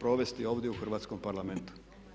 provesti ovdje u Hrvatskom parlamentu.